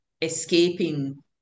escaping